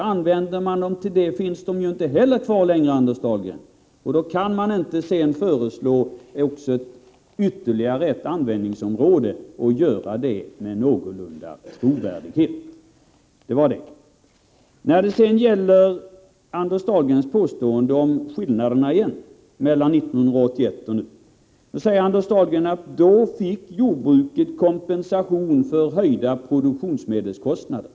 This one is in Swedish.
Och använder man dem till det finns de ju inte heller kvar, Anders Dahlgren. Då kan man inte heller med någorlunda bibehållen trovärdighet föreslå ytterligare ett användningsområde. — Det var det. Anders Dahlgren tar upp skillnaden mellan 1981 och nu och säger: Då fick jordbruket kompensation för höjda produktionsmedelskostnader.